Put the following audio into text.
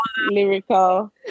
lyrical